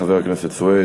חבר הכנסת סוייד,